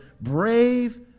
brave